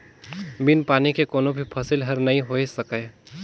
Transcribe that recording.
बिन पानी के कोनो भी फसल हर नइ होए सकय